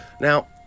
Now